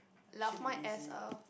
love my ass oh